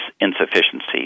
insufficiency